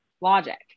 logic